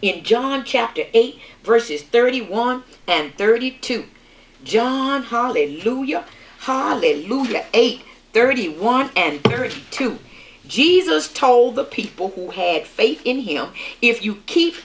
in john chapter eight verses thirty one and thirty two john holley who you're hardly moved at eight thirty one and thirty two jesus told the people who had faith in him if you keep